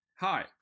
Hi